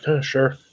Sure